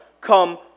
come